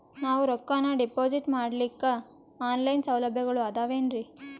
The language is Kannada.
ನಾವು ರೊಕ್ಕನಾ ಡಿಪಾಜಿಟ್ ಮಾಡ್ಲಿಕ್ಕ ಆನ್ ಲೈನ್ ಸೌಲಭ್ಯಗಳು ಆದಾವೇನ್ರಿ?